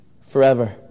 forever